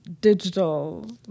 digital